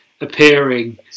appearing